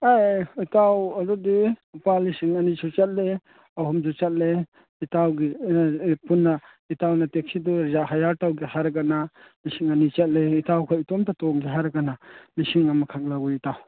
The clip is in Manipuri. ꯑꯦ ꯏꯇꯥꯥꯎ ꯑꯗꯨꯗꯤ ꯂꯨꯄꯥ ꯂꯤꯁꯤꯡ ꯑꯅꯤꯁꯨ ꯆꯠꯂꯦ ꯑꯍꯨꯝꯁꯨ ꯆꯠꯂꯦ ꯏꯇꯥꯎꯒꯤ ꯄꯨꯟꯅ ꯏꯇꯥꯎꯅ ꯇꯦꯛꯁꯤꯗꯨ ꯍꯥꯌꯥꯔ ꯇꯧꯒꯦ ꯍꯥꯏꯔꯒꯅ ꯂꯤꯁꯤꯡ ꯑꯅꯤ ꯆꯠꯂꯦ ꯏꯇꯥꯎ ꯈꯣꯏ ꯏꯇꯣꯝꯇ ꯇꯣꯡꯒꯦ ꯍꯥꯏꯔꯒꯅ ꯂꯤꯁꯤꯡ ꯑꯃꯈꯛ ꯂꯧꯏ ꯏꯇꯥꯎ